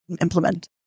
implement